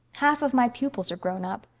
half of my pupils are grown up.